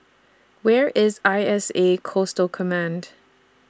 Where IS I S A Coastal Command